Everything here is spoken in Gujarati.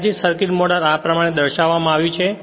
અંદાજીત સર્કિટ મોડેલ આ પ્રમાણે દર્શાવવામાં આવ્યું છે